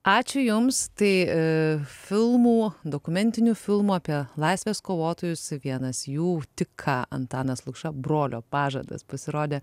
ačiū jums tai filmų dokumentinių filmų apie laisvės kovotojus vienas jų tik ką antanas lukša brolio pažadas pasirodė